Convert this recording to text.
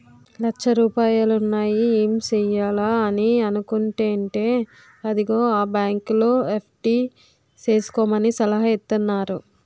లచ్చ రూపాయలున్నాయి ఏం సెయ్యాలా అని అనుకుంటేంటే అదిగో ఆ బాంకులో ఎఫ్.డి సేసుకోమని సలహా ఇత్తన్నారు